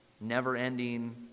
Never-ending